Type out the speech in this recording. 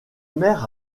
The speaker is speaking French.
mère